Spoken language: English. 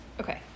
Okay